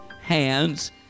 hands